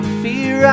fear